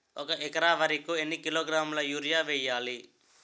ఒక ఎకర వరి కు ఎన్ని కిలోగ్రాముల యూరియా వెయ్యాలి?